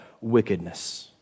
wickedness